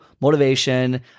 motivation